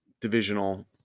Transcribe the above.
divisional